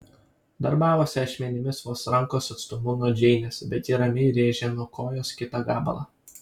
darbavosi ašmenimis vos rankos atstumu nuo džeinės bet ji ramiai rėžė nuo kojos kitą gabalą